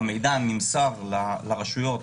המידע נמסר לרשויות